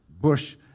bush